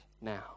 now